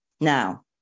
Now